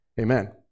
Amen